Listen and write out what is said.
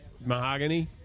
Mahogany